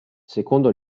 secondo